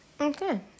Okay